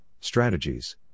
strategies